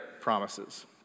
promises